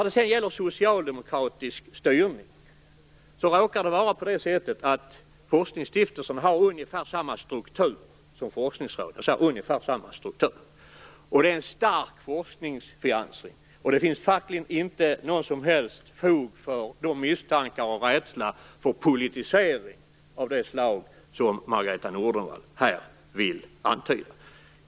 Beträffande socialdemokratisk styrning råkar det vara på det sättet att forskningsstiftelserna har ungefär samma struktur som forskningsråden. Och det finns inte något som helst fog för de misstankar och den rädsla för politisering av det slag som Margareta Nordenvall här vill antyda.